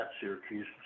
Syracuse